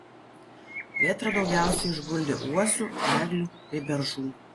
vėtra daugiausiai išguldė uosių eglių bei beržų